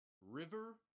river